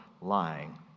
lying